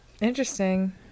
Interesting